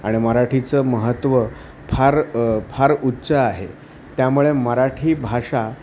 आणि मराठीचं महत्त्व फार फार उच्च आहे त्यामुळे मराठी भाषा